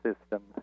system